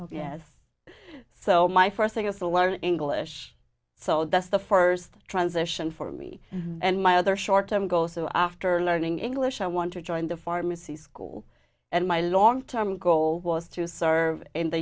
thing yes so my first thing is to learn english so that's the first transition for me and my other short term goal so after learning english i want to join the pharmacy school and my long term goal was to serve in the